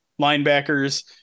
linebackers